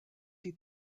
die